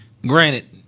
Granted